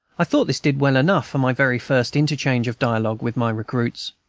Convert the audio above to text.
i thought this did well enough for my very first interchange of dialogue with my recruits.